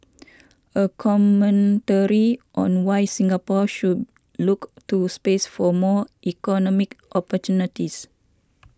a commentary on why Singapore should look to space for more economic opportunities